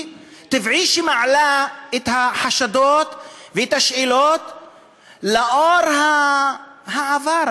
טבעי שהיא מעלה את החשדות ואת השאלות לאור העבר,